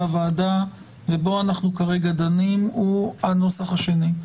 הוועדה ובו אנחנו כרגע דנים הוא הנוסח השני.